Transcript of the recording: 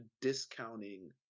discounting